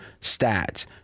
stats